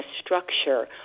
structure